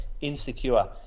Insecure